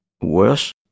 worse